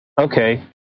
Okay